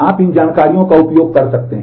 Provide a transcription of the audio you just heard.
आप इन जानकारियों का उपयोग कर सकते हैं